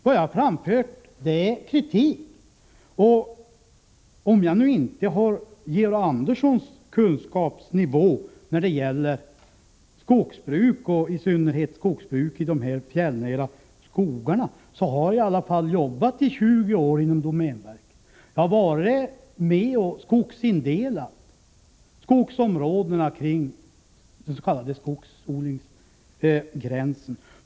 Vad jag har framfört är kritik. Även om mina kunskaper om skogsbruk, i synnerhet skogsbruk i de fjällnära skogarna, inte ligger på samma nivå som Georg Anderssons, så har jag i alla fall jobbat inom domänverket i 20 år. Jag har bl.a. varit med och skogsindelat områdena kring den s.k. skogsodlingsgränsen.